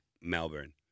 Melbourne